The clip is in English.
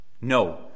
No